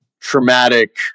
traumatic